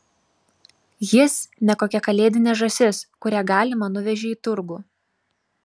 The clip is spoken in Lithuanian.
jis ne kokia kalėdinė žąsis kurią galima nuvežei į turgų